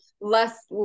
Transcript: less